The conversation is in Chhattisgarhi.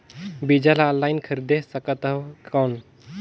बीजा ला ऑनलाइन खरीदे सकथव कौन?